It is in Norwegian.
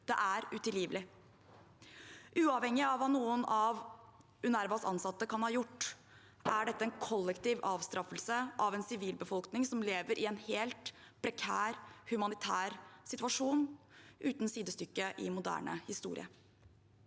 Det er utilgivelig. Uavhengig av hva noen av UNRWAs ansatte kan ha gjort, er dette en kollektiv avstraffelse av en sivilbefolkning som lever i en helt prekær humanitær situasjon, uten sidestykke i moderne historie